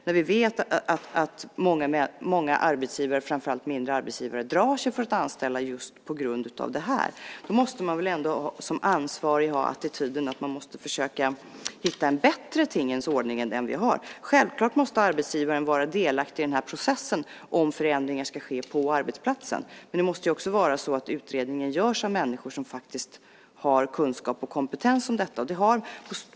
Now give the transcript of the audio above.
Och vi vet att många arbetsgivare, framför allt mindre arbetsgivare, drar sig för att anställa just på grund av det här. Då måste man väl som ansvarig ändå ha attityden att man måste försöka hitta en bättre tingens ordning än den vi har. Självklart måste arbetsgivaren vara delaktig i den här processen om förändringar ska ske på arbetsplatsen. Men det måste också vara så att utredningen görs av människor som faktiskt har kunskap om detta och kompetens på området.